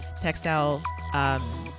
textile